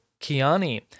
Kiani